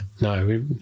No